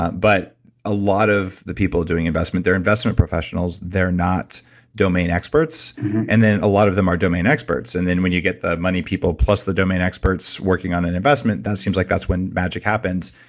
ah but a lot of the people doing investment, they're investment professionals, they're not domain experts and then a lot of them are domain experts and then when you get the money people plus the domain experts working on an investment, that seems like that's when magic happens.